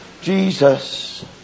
Jesus